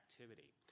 activity